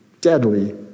deadly